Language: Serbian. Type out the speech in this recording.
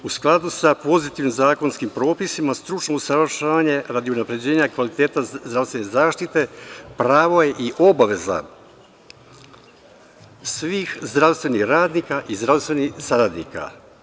U skladu sa pozitivnim zakonskim propisima, stručno usavršavanje radi unapređenja kvaliteta zdravstvene zaštite pravo je i obaveza svih zdravstvenih radnika i zdravstvenih saradnika.